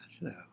No